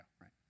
right